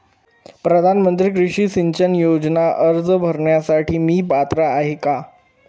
प्रधानमंत्री कृषी सिंचन योजना अर्ज भरण्यासाठी मी पात्र आहे का?